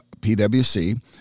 PwC